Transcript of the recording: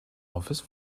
office